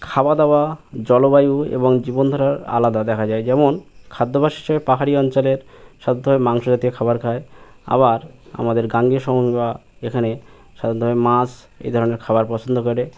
খাওয়া দাওয়া জলবায়ু এবং জীবনধারা আলাদা দেখা যায় যেমন খাদ্যাভ্যাস হিসেবে পাহাড়ি অঞ্চলের সব ধরনের মাংস জাতীয় খাবার খায় আবার আমাদের গাঙ্গীয় সমভূমি বা এখানে সাধারণত মাছ এই ধরনের খাবার পছন্দ করে